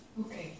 Okay